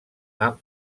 han